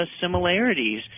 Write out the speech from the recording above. similarities